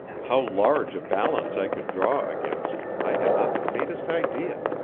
how large a balance i could draw against i had not the faintest idea.